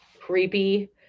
Creepy